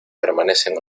permanecen